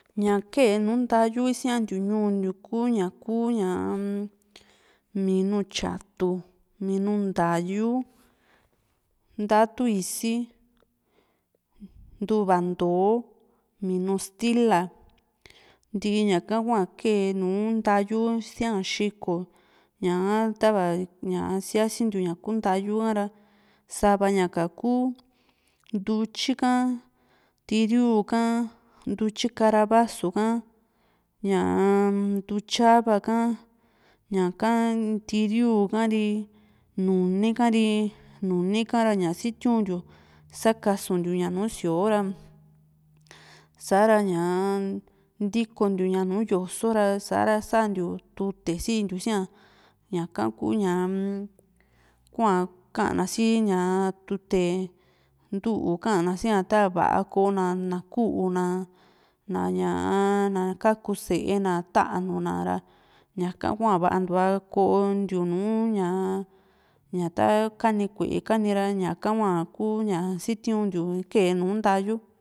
ña kee nu ntayu isiantiu ñuu ntiu ku ñaa- m minu tyatu, minu ntayu, nta´a tu isi, ntuva nto´o, minu stila, ntiiña ka hua keé nùù ntayu sia xiko ña´a tava ña siansintiu ñuu ntiu kuu ntayuka ra sava ña ka kú ntutyi ka tiriu ka, ntutyi karavazu ha, ntutyava haa, ñaka tiriu ka ri, nuni ka ri, nuni ka´ra ña sitiuntiu sakasuntiu ña nùù síoo ra sa´ra ña ntikontiuña nu yosora sa´ra santiu tute sintiu sia ñaka ku ñaa-m kua ka´na si ña tute ntu´u ka´na sia ta va´a kona na ku´u na na ña´a kaku séna, tanura ñaka hua vaá ntuua kontiu ña ta kani ku´e kani ra ñaka hua sitiuntiu kee nu ntayu.